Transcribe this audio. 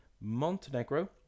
Montenegro